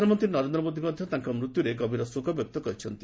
ପ୍ରଧାନମନ୍ତ୍ରୀ ନରେନ୍ଦ୍ର ମୋଦି ମଧ୍ୟ ତାଙ୍କ ମୃତ୍ୟୁରେ ଗଭୀର ଶୋକବ୍ୟକ୍ତ କରିଛନ୍ତି